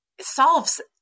solves